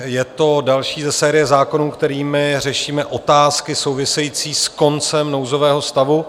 Je to další ze série zákonů, kterými řešíme otázky související s koncem nouzového stavu.